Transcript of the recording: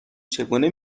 چگونه